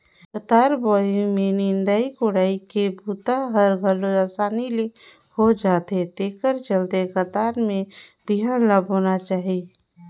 कतार बोवई में निंदई कोड़ई के बूता हर घलो असानी ले हो जाथे तेखर चलते कतार में बिहन ल बोना चाही